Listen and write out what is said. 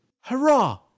Hurrah